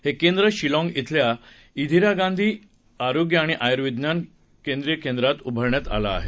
हे केंद्र शिलाँग खिल्या ाप्टिरा गांधी आरोग्य आणि आयुर्विज्ञान क्षेत्रिय केंद्रात उभारण्यात आलं आहे